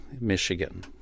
Michigan